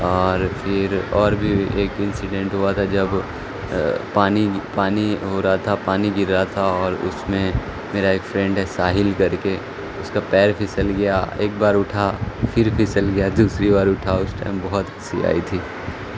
اور پھر اور بھی ایک انسیڈنٹ ہوا تھا جب پانی پانی ہو رہا تھا پانی گر رہا تھا اور اس میں میرا ایک فرینڈ ہے ساحل کر کے اس کا پیر پھسل گیا ایک بار اٹھا پھر پھسل گیا دوسری بار اٹھا اس ٹائم بہت ای آئی تھی